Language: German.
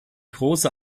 große